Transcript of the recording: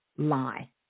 lie